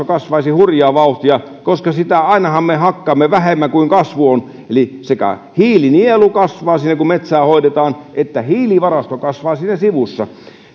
kasvaisi hurjaa vauhtia koska ainahan me hakkaamme vähemmän kuin kasvu on eli sekä hiilinielu kasvaa siinä kun metsää hoidetaan että hiilivarasto kasvaa siinä sivussa